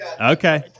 Okay